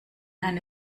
eine